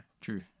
True